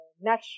natural